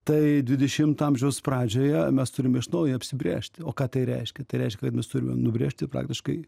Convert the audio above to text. tai dvidešimto amžiaus pradžioje mes turime iš naujo apsibrėžti o ką tai reiškia tai reiškia kad mes turime nubrėžti praktiškai